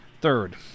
Third